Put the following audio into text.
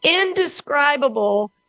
indescribable